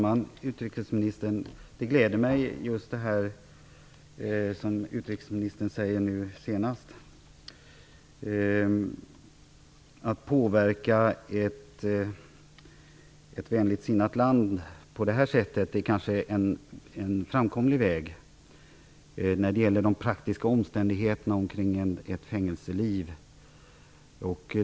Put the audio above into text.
Fru talman! Det som utrikesministern här senast sade gläder mig. Att påverka ett vänligt sinnat land på detta sätt är kanske en framkomlig väg när det gäller de praktiska omständigheterna kring ett fängelseliv.